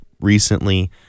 recently